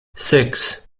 six